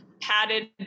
padded